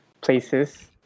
places